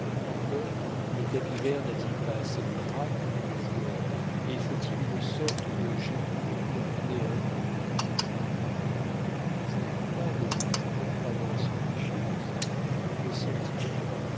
encore le tapis vert n'a-t-il pas assez de drap pour tous les joueurs et faut-il une sorte de génie pour combiner un coup je ne vous parle ni de croyances religieuses ni de sentiments